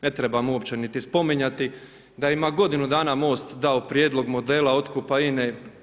Ne trebam uopće niti spominjati, da ima godinu dana MOST dao prijedlog modela otkupa INA-e.